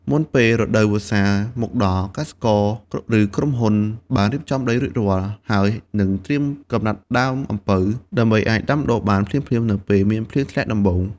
មុនពេលរដូវវស្សាមកដល់ កសិករ ឬក្រុមហ៊ុនបានរៀបចំដីរួចរាល់ហើយ និងត្រៀមកំណាត់ដើមអំពៅ ដើម្បីអាចដាំដុះបានភ្លាមៗនៅពេលមានភ្លៀងធ្លាក់ដំបូង។